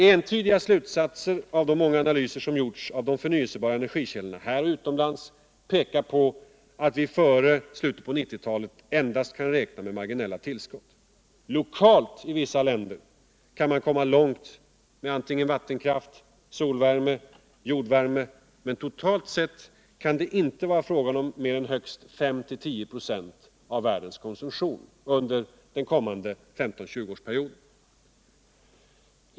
Entvdiga slutsatser av de många analyser som gjorts av de förnyclsebara energikiällorna här och utomlands pekar på att vi före slutet på 1990-talet endast kan räkna med marginella tillskott. Lokalt i vissa länder kan man komma långt med vattenkraft, solvärme, jordvärme osv., men totalt sett kan det inte vara fråga om mer än högst 53-10 ", av världskonsumtionen under den kommande 15—-20-årsperioden.